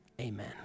amen